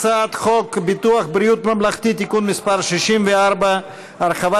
הצעת חוק ביטוח בריאות ממלכתי (תיקון מס' 64) (הרחבת